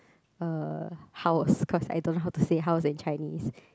uh house cause I don't know how to say house in Chinese